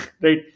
right